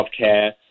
healthcare